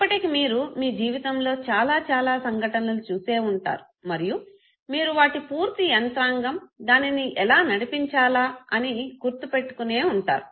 ఇప్పటికి మీరు మీ జీవితంలో చాలా చాలా సంఘటనలు చూసే ఉంటారు మరియు మీరు వాటి పూర్తి యంత్రాంగం దానిని ఎలా నడిపించాలా అని గుర్తు పెట్టుకునే వుంటారు